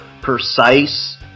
precise